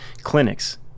clinics